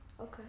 Okay